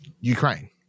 Ukraine